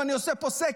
אם אני עושה פה סקר,